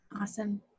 Awesome